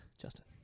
Justin